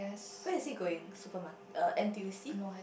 where is she going supermarket err N_T_U_C